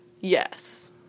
Yes